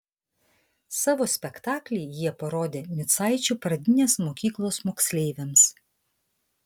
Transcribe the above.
savo spektaklį jie parodė micaičių pradinės mokyklos moksleiviams